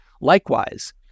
Likewise